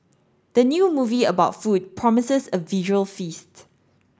the new movie about food promises a visual feast